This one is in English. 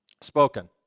spoken